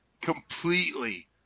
completely